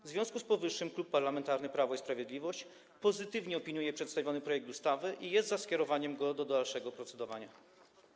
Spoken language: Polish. W związku z powyższym Klub Parlamentarny Prawo i Sprawiedliwość pozytywnie opiniuje przedstawiony projekt ustawy i jest za skierowaniem go do dalszego procedowania.